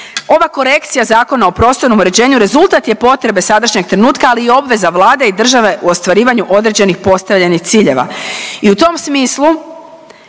Ova korekcija Zakona o prostornom uređenju rezultat je potrebe sadašnjeg trenutka, ali i obveza Vlade i države u ostvarivanju određenih postavljenih ciljeva i u tom smislu,